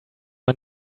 man